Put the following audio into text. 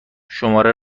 شماره